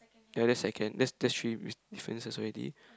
ya that's second that's three differences already